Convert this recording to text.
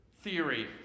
theory